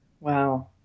Wow